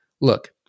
look